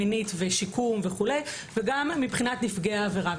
מינית ושיקום וכו' וגם מבחינת נפגעי העבירה.